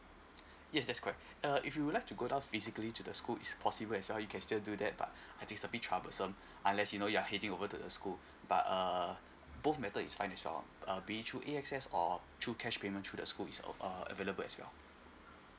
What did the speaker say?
yes that's correct uh if you would like to go down physically to the school is possible as well you can still do that but I think it's a bit troublesome unless you know you're heading over to the school but err both matter is fine as well uh pay through A_X_S or through cash payment to the school is al~ uh available as well